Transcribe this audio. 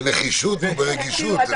יש